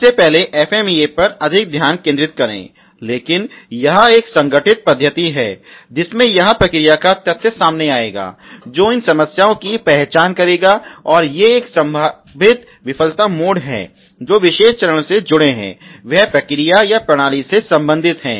सबसे पहले FMEA पर अधिक ध्यान केंद्रित करें लेकिन यह एक संगठित पद्धति है जिसमें यह प्रक्रिया का तथ्य सामने आएगा जो इन समस्याओं की पहचान करेगा और ये एक संभावित विफलता मोड हैं जो विशेष चरण से जुड़े हैं वह प्रक्रिया या प्रणाली से संबंधित है